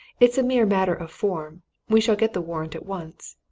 it's a mere matter of form we shall get the warrant at once.